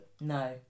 No